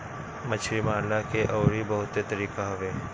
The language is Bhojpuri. मछरी मारला के अउरी बहुते तरीका हवे